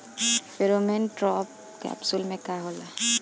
Pheromone trap capsule में का होला?